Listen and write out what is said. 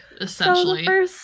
essentially